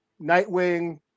nightwing